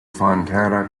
fontana